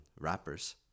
rappers